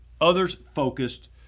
others-focused